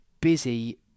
busy